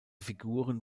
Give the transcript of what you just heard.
figuren